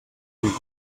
week